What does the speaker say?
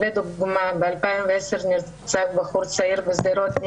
לדוגמה: ב-2010 נרצח בחור צעיר בשדרות,